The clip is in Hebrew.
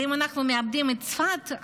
ואם אנחנו מאבדים את צפת,